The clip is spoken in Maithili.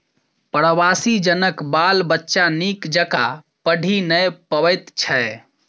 प्रवासी जनक बाल बच्चा नीक जकाँ पढ़ि नै पबैत छै